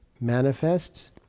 manifests